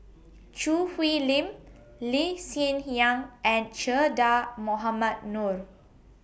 Choo Hwee Lim Lee Hsien Yang and Che Dah Mohamed Noor